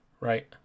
Right